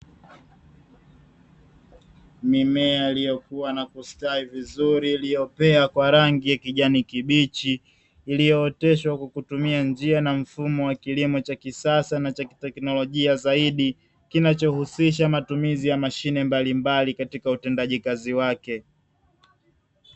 Mimea iliyokuwa na kustawi vizuri iliyopea kwa rangi ya kijani kibichi, iliyooteshwa kwa kutumia njia na mfumo wa kilimo cha kisasa na kiteknolojia zaidi, kinachohusisha matumizi ya mashine mbalimbali katika utendaji kazi wake.